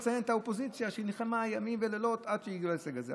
לציין את האופוזיציה שנלחמה ימים ולילות עד שהגיעו להישג הזה.